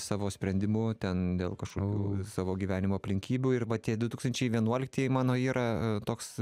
savo sprendimu ten dėl kažkokių savo gyvenimo aplinkybių ir va tie du tūkstančiai vienuoliktieji mano yra toks